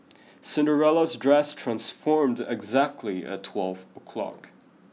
Cinderella's dress transformed exactly at twelve o'clock